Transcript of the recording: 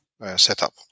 setup